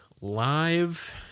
live